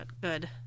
good